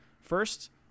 first